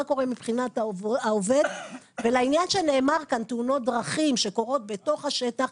מה קורה מבחינת העובד ולעניין שנאמר כאן תאונות דרכים שקורות בתוך השטח,